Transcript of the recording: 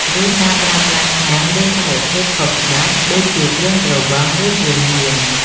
ឬការប្រើប្រាស់ថ្នាំ ឬសារធាតុខុសច្បាប់ ដូចជាគ្រឿងស្រវឹង ឬគ្រឿងញៀន ។